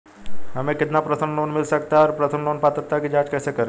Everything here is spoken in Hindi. हमें कितना पर्सनल लोन मिल सकता है और पर्सनल लोन पात्रता की जांच कैसे करें?